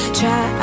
try